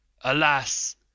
Alas